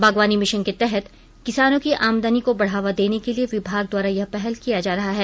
बागवानी मिशन के तहत किसानों की आमदनी को बढ़ावा देने के लिए विभाग द्वारा यह पहल किया जा रहा है